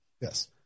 Yes